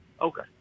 Okay